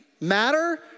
matter